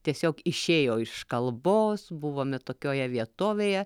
tiesiog išėjo iš kalbos buvome tokioje vietovėje